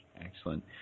Excellent